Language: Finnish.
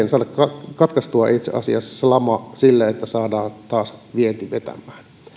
saada katkaistua se lama silleen että saadaan taas vienti vetämään